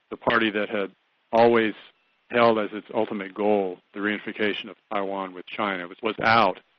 the party that had always held as its ultimate goal, the reunification of taiwan with china was out,